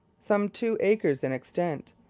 some two acres in extent,